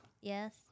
Yes